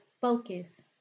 focus